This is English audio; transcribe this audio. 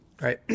Right